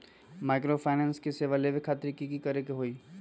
Microfinance के सेवा लेबे खातीर की करे के होई?